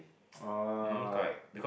oh